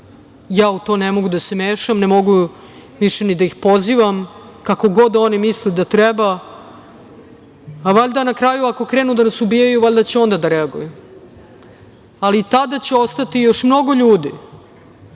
Ja u to ne mogu da se mešam, ne mogu više ni da ih pozivam, kako god oni misle da treba, a valjda na kraju ako krenu da nas ubijaju, valjda će onda da reaguju, ali i tada će ostati još mnogo ljudi